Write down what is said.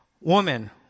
woman